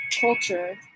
culture